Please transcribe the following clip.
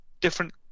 different